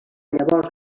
llavors